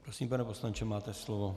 Prosím, pane poslanče, máte slovo.